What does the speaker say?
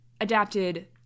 adapted